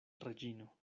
reĝino